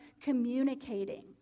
communicating